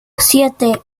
siete